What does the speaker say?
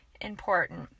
important